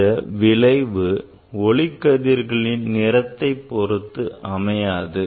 இந்த விளைவு ஒளிக்கதிர்களின் நிறத்தைப் பொறுத்து அமையாது